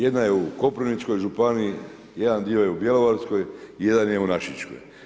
Jedna je u Koprivničkoj županiji, jedan dio je u Bjelovarskoj i jedan je u našičkoj.